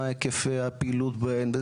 מה היקפי הפעילות בהן,